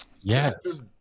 yes